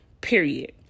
period